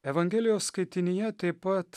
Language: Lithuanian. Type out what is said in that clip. evangelijos skaitinyje taip pat